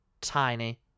tiny